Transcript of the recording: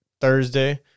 Thursday